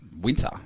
winter